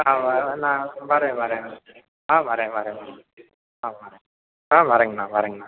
ஆ வ ஆ நான் வரேன் வரேன் ஆ வரேன் வரேன் ஆ வரேன் ஆ வரேங்கண்ணா வரேங்கண்ணா